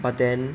but then